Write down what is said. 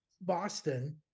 Boston